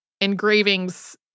engravings